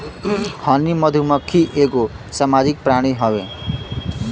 हनी मधुमक्खी एगो सामाजिक प्राणी हउवे